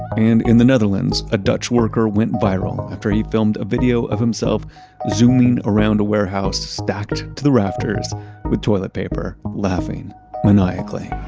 and in the netherlands, a dutch worker went viral after he filmed a video of himself zooming around a warehouse stacked to the rafters with toilet paper, laughing maniacally